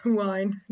wine